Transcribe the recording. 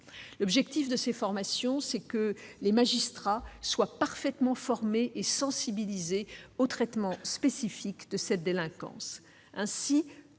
L'objectif est que les magistrats soient parfaitement formés et sensibilisés au traitement spécifique de cette délinquance.